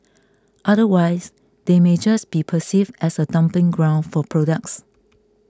otherwise they may just be perceived as a dumping ground for products